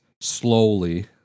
slowly